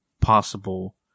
possible